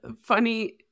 Funny